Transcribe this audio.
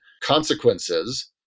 consequences